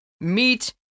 meet